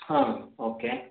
ಹಾಂ ಓಕೆ